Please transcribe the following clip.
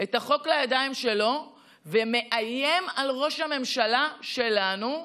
את החוק לידיים שלו ומאיים על ראש הממשלה שלנו,